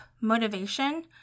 motivation